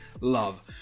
love